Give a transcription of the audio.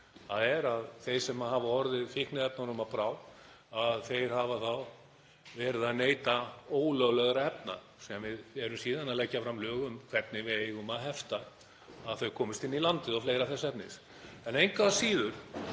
veg fyrir. Þeir sem hafa orðið fíkniefnum að bráð hafa þá verið að neyta ólöglegra efna og við erum síðan að leggja fram lög um það hvernig við eigum að hefta það að þau komist inn í landið og fleira þess efnis. Engu að síður